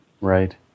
Right